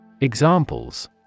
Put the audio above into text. Examples